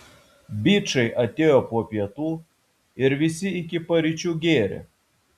bičai atėjo po pietų ir visi iki paryčių gėrė